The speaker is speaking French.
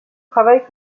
travaillent